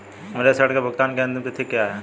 मेरे ऋण के भुगतान की अंतिम तिथि क्या है?